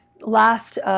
last